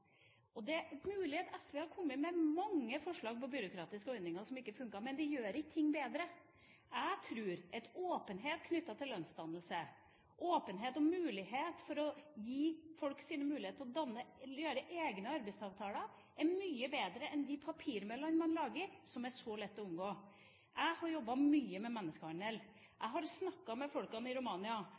ting bedre. Jeg tror på åpenhet knyttet til lønnsdannelse, og det å gi folk mulighet til å gjøre egne arbeidsavtaler er mye bedre enn de papirmøllene man lager, som er så lette å omgå. Jeg har jobbet mye med menneskehandel. Jeg har snakket med mennesker i Romania.